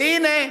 והנה,